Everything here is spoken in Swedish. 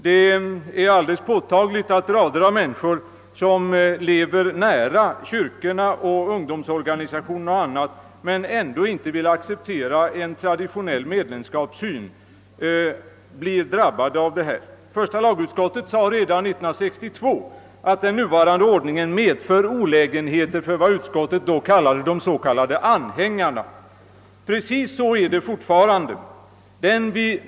Det är lätt påvisbart att många människor, som lever nära kyrkorna och deras ungdomsorganisationer men som ändå inte vill acceptera en traditionell medlemskapssyn, blir drabbade av den ordning vi har. Första lagutskottet sade redan 1962 att den nuvarande ordningen medför olägenheter för de s.k. anhängarna — som utskottet då uttryckte det. Precis så är det fortfarande.